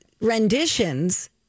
renditions